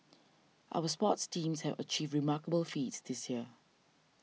our sports teams have achieved remarkable feats this year